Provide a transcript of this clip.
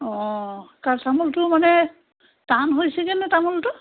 অঁ কা তামোলটো মানে টান হৈছেগৈনে তামোলটো